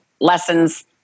lessons